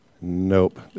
Nope